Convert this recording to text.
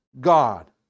God